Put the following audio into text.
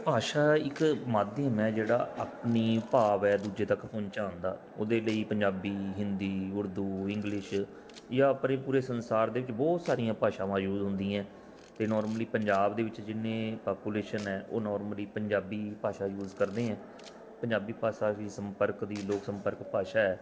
ਭਾਸ਼ਾ ਇੱਕ ਮਾਧਿਅਮ ਹੈ ਜਿਹੜਾ ਆਪਣੀ ਭਾਵ ਹੈ ਦੂਜੇ ਤੱਕ ਪਹੁੰਚਾਉਣ ਦਾ ਉਹਦੇ ਲਈ ਪੰਜਾਬੀ ਹਿੰਦੀ ਉਰਦੂ ਇੰਗਲਿਸ਼ ਜਾਂ ਆਪਣੇ ਪੂਰੇ ਸੰਸਾਰ ਦੇ ਵਿੱਚ ਬਹੁਤ ਸਾਰੀਆਂ ਭਾਸ਼ਾਵਾਂ ਯੂਜ਼ ਹੁੰਦੀਆਂ ਅਤੇ ਨੋਰਮਲੀ ਪੰਜਾਬ ਦੇ ਵਿੱਚ ਜਿੰਨੇ ਪਾਪੂਲੇਸ਼ਨ ਹੈ ਉਹ ਨੋਰਮਲੀ ਪੰਜਾਬੀ ਭਾਸ਼ਾ ਯੂਜ ਕਰਦੇ ਐਂ ਪੰਜਾਬੀ ਭਾਸ਼ਾ ਵੀ ਸੰਪਰਕ ਦੀ ਲੋਕ ਸੰਪਰਕ ਭਾਸ਼ਾ ਹੈ